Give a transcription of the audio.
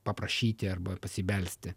paprašyti arba pasibelsti